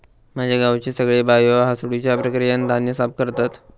माझ्या गावचे सगळे बायो हासडुच्या प्रक्रियेन धान्य साफ करतत